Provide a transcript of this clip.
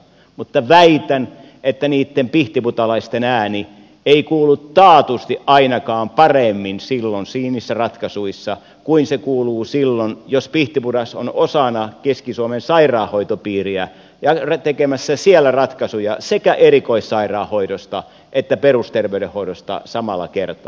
mutta väitän että niitten pihtiputaalaisten ääni ei kuulu taatusti ainakaan paremmin silloin niissä ratkaisuissa kuin se kuuluu silloin jos pihtipudas on osana keski suomen sairaanhoitopiiriä ja tekemässä siellä ratkaisuja sekä erikoissairaanhoidosta että perusterveydenhoidosta samalla kertaa